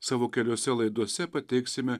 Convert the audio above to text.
savo keliose laidose pateiksime